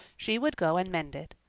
she would go and mend it.